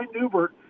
Newbert